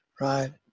Right